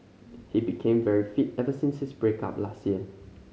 he became very fit ever since his break up last year